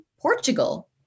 Portugal